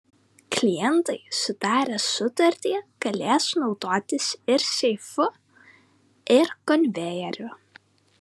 klientai sudarę sutartį galės naudotis ir seifu ir konvejeriu